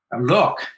look